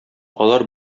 алар